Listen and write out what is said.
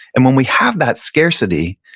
and when we have that scarcity,